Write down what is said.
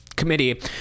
Committee